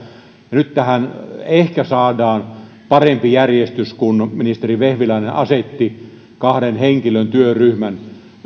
nyt tähän ehkä saadaan parempi järjestys kun ministeri vehviläinen asetti kahden henkilön työryhmän